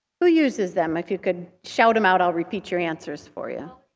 who uses them? if you could shout them out, i'll repeat your answers for you?